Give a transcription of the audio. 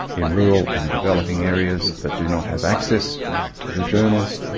in rural and developing areas that do not have access to the journals,